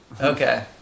Okay